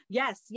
yes